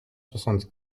soixante